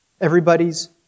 everybody's